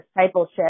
discipleship